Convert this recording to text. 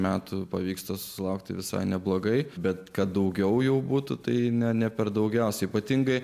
metų pavyksta sulaukti visai neblogai bet kad daugiau jau būtų tai ne ne per daugiausiai ypatingai